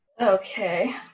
Okay